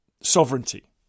sovereignty